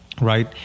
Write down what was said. right